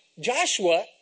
Joshua